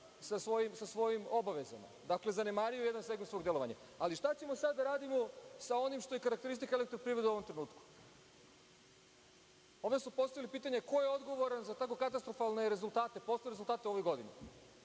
sa svojim obavezama, dakle, zanemario je jedan segment svog delovanja. Šta ćemo sada da radimo sa onim što je karakteristika „Elektroprivrede“ u ovom trenutku? Ovde su postavili pitanje – ko je odgovoran za tako katastrofalne rezultate u ovoj godini?